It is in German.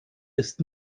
ist